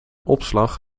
opslag